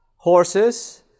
Horses